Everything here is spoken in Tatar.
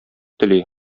тели